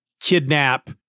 kidnap